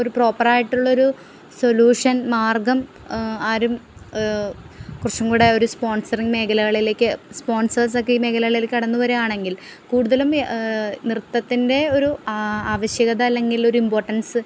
ഒരു പ്രോപ്പറായിട്ടുള്ളൊരു സൊലൂഷൻ മാർഗം ആരും കുറച്ചും കൂടെ ഒരു സ്പോൺസറിങ്ങ് മേഖലകളിലേക്ക് സ്പോൺസേഴ്സൊക്കെ ഈ മേഖലകളിലേക്ക് കടന്ന് വരുവാണെങ്കില് കൂടുതലും നൃത്തത്തിൻ്റെ ഒരു ആ ആവശ്യകത അല്ലെങ്കിലൊരു ഇമ്പോർട്ടൻസ്